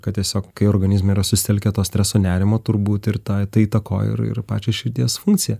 kad tiesiog kai organizme yra susitelkę to streso nerimo turbūt ir tą tai įtakoja ir ir pačios širdies funkcija